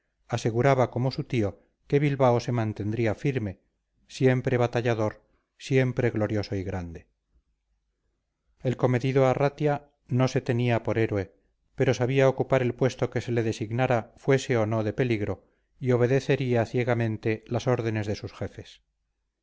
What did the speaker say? aseguraba como su tío que bilbao se mantendría firme siempre batallador siempre glorioso y grande el comedido arratia no se tenía por héroe pero sabría ocupar el puesto que se le designara fuese o no de peligro y obedecería ciegamente las órdenes de sus jefes